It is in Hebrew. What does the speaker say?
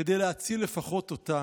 כדי להציל לפחות אותן.